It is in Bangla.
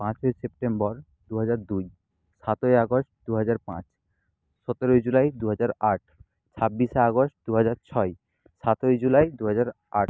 পাঁচই সেপ্টেম্বর দু হাজার দুই সাতই আগস্ট দু হাজার পাঁচ সতেরোই জুলাই দু হাজার আট ছাব্বিশে আগস্ট দু হাজার ছয় সাতই জুলাই দু হাজার আট